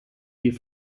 die